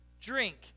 drink